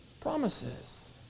promises